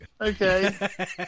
Okay